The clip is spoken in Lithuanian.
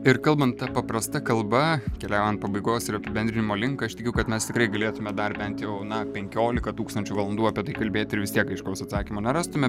ir kalbant ta paprasta kalba keliaujant pabaigos ir apibendrinimo link aš tikiu kad mes tikrai galėtumėme dar bentjau na penkiolika tūkstančių valandų apie tai kalbėti ir vis tiek aiškaus atsakymo nerastume